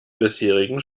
bisherigen